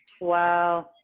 Wow